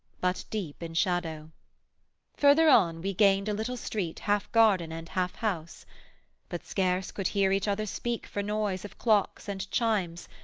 but deep in shadow further on we gained a little street half garden and half house but scarce could hear each other speak for noise of clocks and chimes,